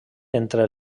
entre